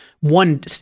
one